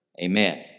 Amen